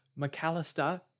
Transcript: McAllister